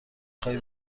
خوای